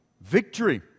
victory